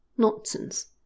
nonsense